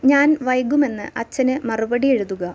ഞാൻ വൈകുമെന്ന് അച്ഛന് മറുപടി എഴുതുക